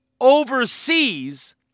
oversees